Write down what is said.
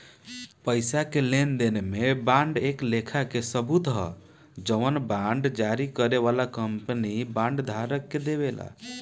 पईसा के लेनदेन में बांड एक लेखा के सबूत ह जवन बांड जारी करे वाला कंपनी बांड धारक के देवेला